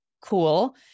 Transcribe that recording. cool